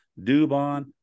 Dubon